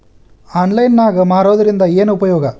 Online ನಾಗ್ ಮಾರೋದ್ರಿಂದ ಏನು ಉಪಯೋಗ?